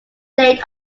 date